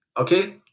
okay